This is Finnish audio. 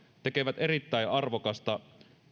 tekevät erittäin arvokasta